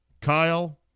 Kyle